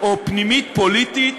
או פנימית-פוליטית,